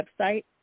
website